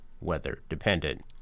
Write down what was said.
weather-dependent